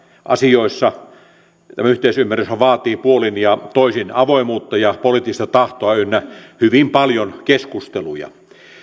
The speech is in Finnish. asioissa tämä yhteisymmärryshän vaatii puolin ja toisin avoimuutta ja poliittista tahtoa ynnä hyvin paljon keskusteluja